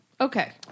Okay